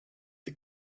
the